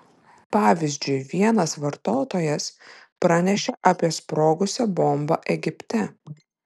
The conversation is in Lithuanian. pavyzdžiui vienas vartotojas pranešė apie sprogusią bombą egipte